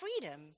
freedom